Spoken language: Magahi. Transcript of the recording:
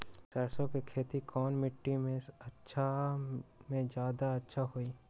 सरसो के खेती कौन मिट्टी मे अच्छा मे जादा अच्छा होइ?